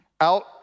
out